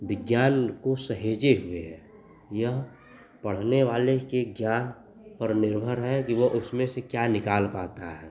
विज्ञान को सहेजे हुए है यह पढ़ने वाले के ज्ञान पर निर्भर है कि वह उसमें से क्या निकाल पाता है